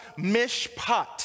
mishpat